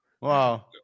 Wow